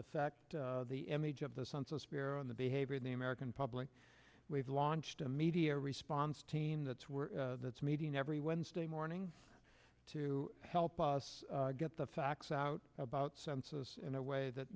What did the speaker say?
affect the image of the census bureau on the behavior of the american public we've launched a media response team that's where that's meeting every wednesday morning to help us get the facts out about some success in a way that